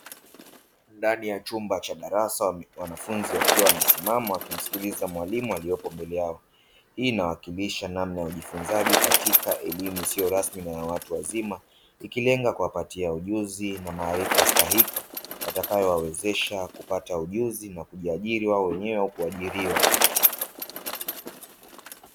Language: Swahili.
Ndani ya chumba cha darasa wanafunzi wakiwa wamesimama wakimsikiliza walimu aliyepo mbele yao. hii inawakilisha namna ya ujifunzaji katika elimu isiyo rasmi na ya watu wazima ikilenga kuwapatia ujuzi na maarifa stahiki yatakayowawezesha kupata ujuzi na kujiajiri wao wenyewe au kuajiriwa.